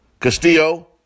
Castillo